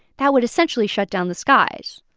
that would essentially shut down the skies.